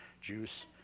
juice